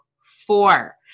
four